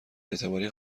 اعتباری